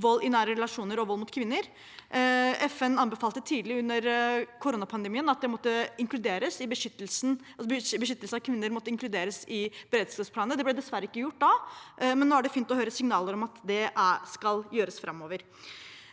vold i nære relasjoner og vold mot kvinner. FN anbefalte tidlig under koronapandemien at beskyttelse av kvinner måtte inkluderes i beredskapsplanene. Det ble dessverre ikke gjort da, men nå er det fint å høre signaler om at det skal gjøres framover.